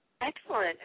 Excellent